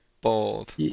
bold